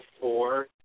four